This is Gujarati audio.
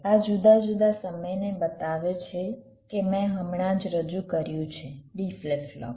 આ જુદા જુદા સમયને બતાવે છે કે મેં હમણાં જ રજૂ કર્યું છે D ફ્લિપ ફ્લોપ